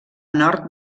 nord